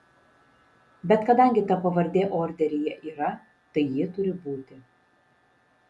bet kadangi ta pavardė orderyje yra tai ji turi būti